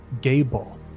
Gable